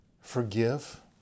forgive